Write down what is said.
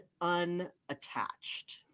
unattached